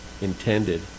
intended